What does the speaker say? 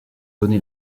donné